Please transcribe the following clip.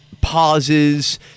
pauses